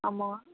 ஆமாம்